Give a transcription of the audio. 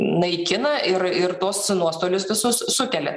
naikina ir ir tuos nuostolius visus sukelia